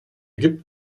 gibt